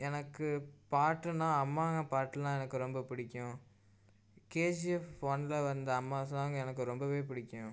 எனக்கு பாட்டுனா அம்மாங்க பாட்டுலாம் எனக்கு ரொம்ப பிடிக்கும் கேஜிஎஃப் ஒன்றுல வந்த அம்மா சாங் எனக்கு ரொம்பவே பிடிக்கும்